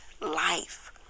life